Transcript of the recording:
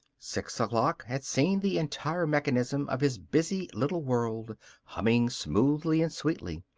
six o'clock had seen the entire mechanism of his busy little world humming smoothly and sweetly,